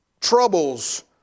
troubles